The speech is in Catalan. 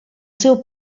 seu